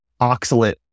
oxalate